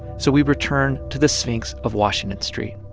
so we returned to the sphinx of washington street.